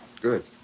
Good